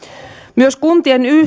myös kuntien